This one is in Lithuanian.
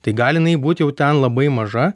tai gali jinai būt jau ten labai maža